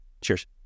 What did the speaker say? Cheers